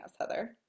Heather